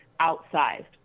outsized